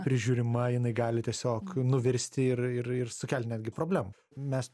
prižiūrima jinai gali tiesiog nuvirsti ir ir ir sukelt netgi problemų mes